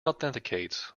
authenticates